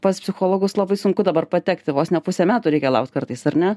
pas psichologus labai sunku dabar patekti vos ne pusę metų reikia laukt kartais ar ne